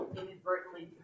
inadvertently